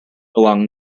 along